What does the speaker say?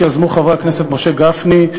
שיזמו חברי הכנסת משה גפני,